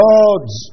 God's